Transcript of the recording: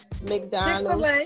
McDonald's